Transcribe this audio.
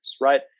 right